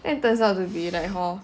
then it turns out to be like hor